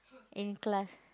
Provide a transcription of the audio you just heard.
in class